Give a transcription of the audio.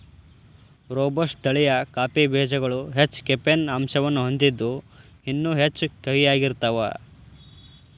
robusta ತಳಿಯ coffee ಬೇಜಗಳು ಹೆಚ್ಚ ಕೆಫೇನ್ ಅಂಶವನ್ನ ಹೊಂದಿದ್ದು ಇನ್ನೂ ಹೆಚ್ಚು ಕಹಿಯಾಗಿರ್ತಾವ